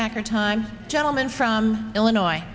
back our time gentleman from illinois